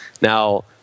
Now